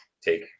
take